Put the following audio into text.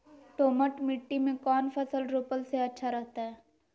दोमट मिट्टी में कौन फसल रोपला से अच्छा रहतय?